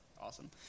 Awesome